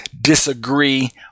disagree